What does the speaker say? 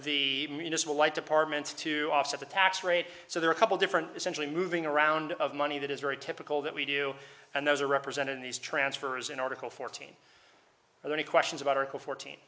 the municipal light departments to offset the tax rate so there are a couple different essentially moving around of money that is very typical that we do and those are represented in these transfers in article fourteen and any questions about article fourteen